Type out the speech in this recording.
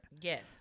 yes